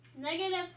negative